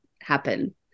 happen